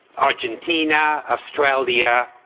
argentina, australia,